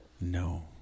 No